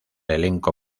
elenco